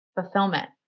fulfillment